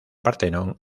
partenón